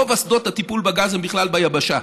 רוב אסדות הטיפול בגז הן בכלל ביבשה.